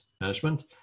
management